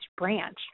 branch